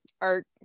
art